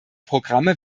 programme